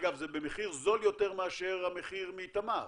אגב זה במחיר זול יותר מאשר במחיר מתמר,